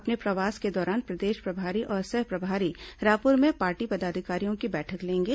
अपने प्रवास के दौरान प्रदेश प्रभारी और सह प्रभारी रायपूर में पार्टी पदाधिकारियों की बैठक लेंगे